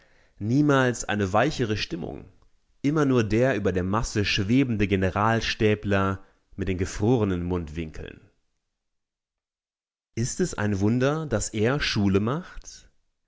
niemals eine weichere stimmung immer nur der über der masse schwebende generalstäbler mit den gefrorenen mundwinkeln ist es ein wunder daß er schule macht